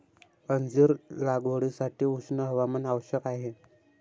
अंजीर लागवडीसाठी उष्ण हवामान आवश्यक आहे